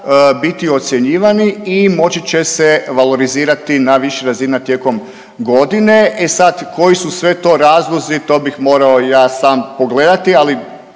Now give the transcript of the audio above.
biti ocjenjivani i moći će se valorizirati na više razina tijekom godine. E sad, koji su sve to razlozi, to bih morao ja sam pogledati, ali